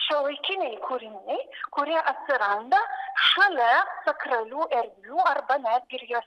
šiuolaikiniai kūriniai kurie atsiranda šalia sakralių erdvių arba net ir jose